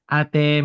ate